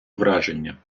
враження